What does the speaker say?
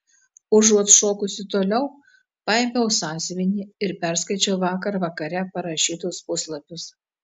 užuot šokusi toliau paėmiau sąsiuvinį ir perskaičiau vakar vakare parašytus puslapius